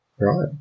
Right